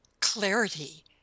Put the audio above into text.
clarity